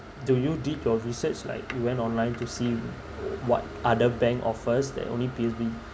do you did your research like you went online to see what other bank offers that only POSB